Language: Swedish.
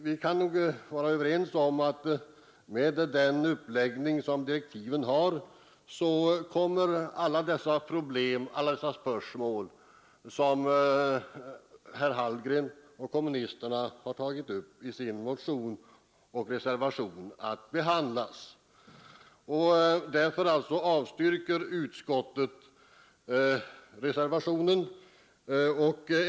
Vi kan nog vara överens om att med den uppläggning som direktiven har så kommer alla dessa spörsmål att behandlas som herr Hallgren och kommunisterna har tagit upp i sin motion och i reservationen. Därför avstyrker utskottet förslaget.